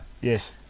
Yes